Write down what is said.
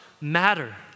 matter